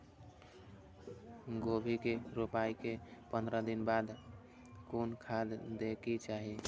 गोभी के रोपाई के पंद्रह दिन बाद कोन खाद दे के चाही?